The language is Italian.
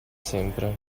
sempre